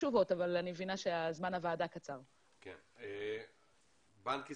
בנק ישראל,